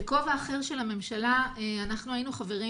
בכובע אחר של הממשלה אנחנו היינו חברים